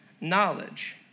knowledge